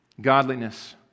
Godliness